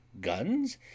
guns